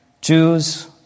Jews